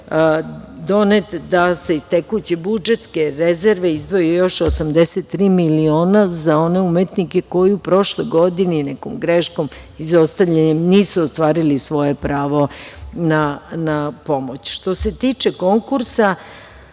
donet da se iz tekuće budžetske rezerve izdvoji još 83 miliona za one umetnika koji su u prošloj godini nekom greškom izostavljeni, nisu ostvarili svoje pravo na pomoć. Što se tiče konkursa,